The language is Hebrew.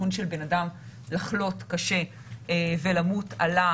הסיכון של בן אדם לחלות קשה ולמות עלה